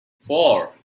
four